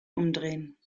umdrehen